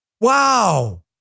Wow